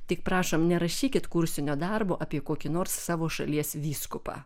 tik prašom nerašykit kursinio darbo apie kokį nors savo šalies vyskupą